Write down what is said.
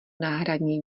náhradní